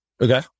Okay